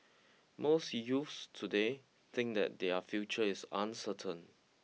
most youths today think that their future is uncertain